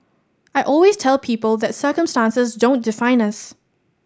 I always tell people that circumstances don't define us